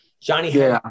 Johnny